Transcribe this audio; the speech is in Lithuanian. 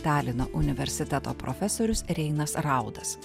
talino universiteto profesorius reinas raudas